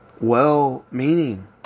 well-meaning